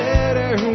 better